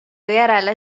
järele